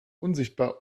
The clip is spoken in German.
unsichtbar